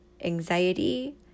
anxiety